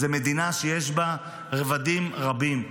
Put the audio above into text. זו מדינה שיש בה רבדים רבים.